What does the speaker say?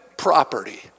Property